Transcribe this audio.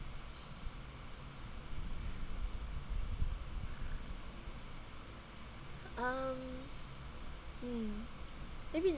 um mm maybe